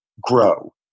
grow